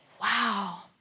Wow